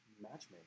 matchmaking